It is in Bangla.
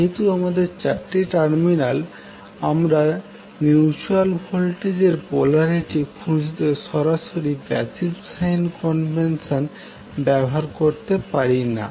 যেহেতু আমাদের চারটি টার্মিনাল আমরা মিউচুয়াল ভোল্টেজের পোলারিটি খুঁজতে সরাসরি প্যাসিভ সাইন কনভেনশন ব্যবহার করতে পারি না